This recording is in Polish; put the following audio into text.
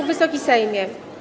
Wysoki Sejmie!